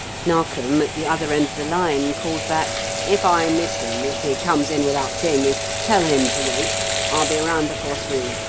narkom, at the other end of the line, called back if i miss him, if he comes in without seeing me, tell him to wait i'll be round before three.